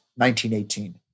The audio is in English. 1918